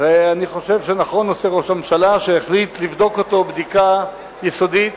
ואני חושב שנכון עושה ראש הממשלה שהחליט לבדוק אותו בדיקה יסודית